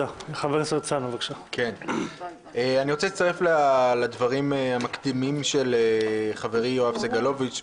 אני רוצה להצטרף לדברים המקדימים של חברי יואב סגלוביץ',